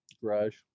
garage